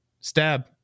stab